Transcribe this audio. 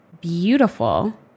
beautiful